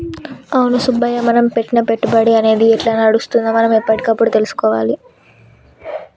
అవును సుబ్బయ్య మనం పెట్టిన పెట్టుబడి అనేది ఎట్లా నడుస్తుందో మనం ఎప్పటికప్పుడు తెలుసుకోవాలి